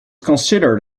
considered